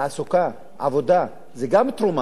תעסוקה, עבודה, זה גם תרומה,